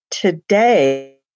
Today